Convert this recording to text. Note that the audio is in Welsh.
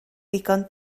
ddigon